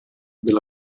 della